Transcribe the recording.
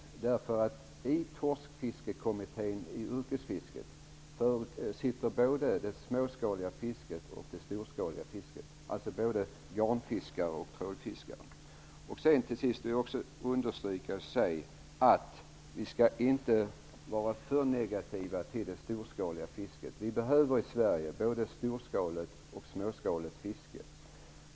I yrkesfiskets torskfiskekommitté finns både det småskaliga och det storskaliga fisket representerat, alltså både garnfiskare och trålfiskare. Sedan vill jag också understryka att vi inte skall vara för negativa till det storskaliga fisket. Vi behöver i Sverige både storskaligt och småskaligt fiske.